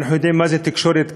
ואנחנו יודעים מה זה תקשורת כאן,